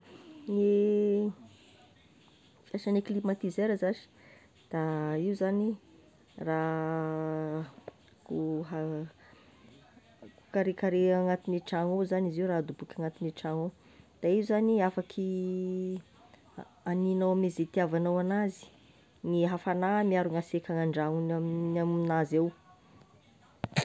Gne asagne climatiseur zashy, da io zagny raha oha- karekare agnatigne tragno io zagny izy io, raha adoboky agnatigne tragno io, de io zany afaky haninao ame ze itiavanao anazy, gne afagnany miaro gn'aseka agny andragno ny amignazy ao.